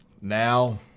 now